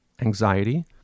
anxiety